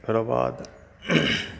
ओकराबाद